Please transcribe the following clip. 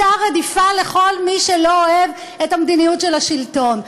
מסע רדיפה נגד כל מי שלא אוהב את המדיניות של השלטון.